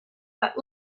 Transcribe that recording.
but